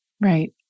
Right